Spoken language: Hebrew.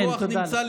הכוח נמצא,